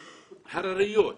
הרריות,